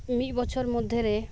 ᱢᱤᱫ ᱵᱚᱪᱷᱚᱨ ᱢᱚᱫᱽᱫᱷᱮ ᱨᱮ